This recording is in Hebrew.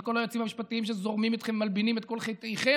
את כל היועצים המשפטיים שזורמים איתכם ומלבינים את כל חטאיכם,